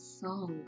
song